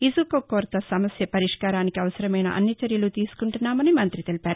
ఇసుక కొరత సమస్య పరిష్కారానికి అవసరమైన అన్ని చర్యలు తీసుకుంటున్నామని మంతి తెలిపారు